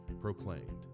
proclaimed